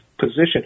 position